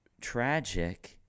tragic